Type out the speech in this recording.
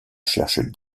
cherche